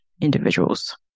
individuals